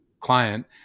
client